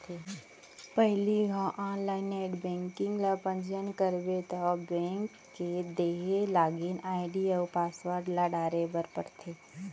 पहिली घौं online net banking ल पंजीयन करबे तौ बेंक के देहे लागिन आईडी अउ पासवर्ड ल डारे बर परथे